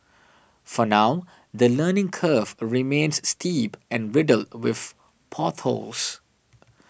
for now the learning curve remains steep and riddled with potholes